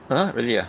!huh! really ah